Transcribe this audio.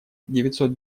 девятьсот